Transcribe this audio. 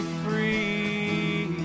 free